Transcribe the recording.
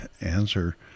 answer